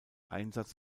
einsatz